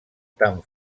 tan